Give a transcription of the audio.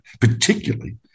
particularly